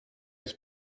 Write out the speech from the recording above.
his